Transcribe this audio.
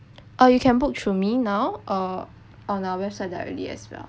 uh you can put through me now uh on our website directly as well